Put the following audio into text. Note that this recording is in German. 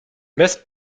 mess